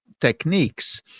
techniques